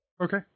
Okay